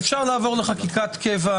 אפשר לעבור לחקיקת קבע,